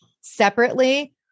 separately